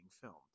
filmed